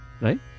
Right